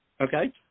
Okay